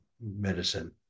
medicine